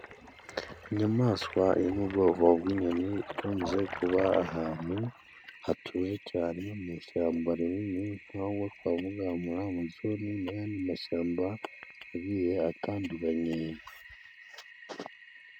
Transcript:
Inyamaswa yo mu ubwoko bw'inyoni ikunze kuba ahantu hatuje cyane mu ishyamba rinini nk'aho twavuga muri Amazone n'ayandi mashyamba agiye atandukanye.